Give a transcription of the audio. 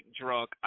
drug